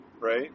Right